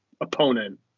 opponent